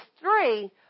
three